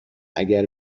اگر